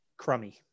crummy